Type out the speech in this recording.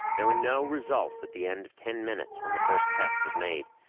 there were no results at the end of ten minutes when the first test was made.